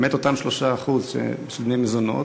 למעט אותם 3% שמשלמים מזונות,